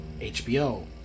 HBO